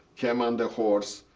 came on the horse,